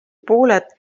pooled